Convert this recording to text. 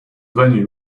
venue